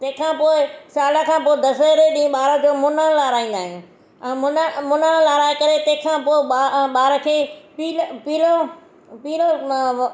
तंहिं खां पोइ साल खां पोइ दशहरे ॾींहं ॿार जो मुनणु लारिहाईंदा आहियूं ऐं मुनणु मुनणु लारिहाए करे तंहिं खां पोइ ॿा ॿार खे पी पीलो पीलो म